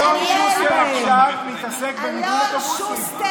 אלון שוסטר מתעסק עכשיו במיגון אוטובוסים.